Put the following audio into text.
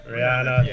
Rihanna